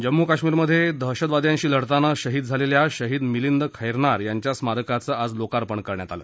जम्मू कश्मीर मध्ये दहशतवाद्यांशी लढतांना शहिद झालेल्या शहिद मिलींद खैरनार यांच्या स्मारकाचं आज लोकार्पण करण्यात आलं